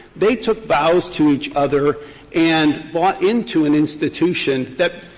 they took vows to each other and bought into an institution that,